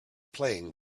playing